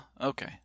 Okay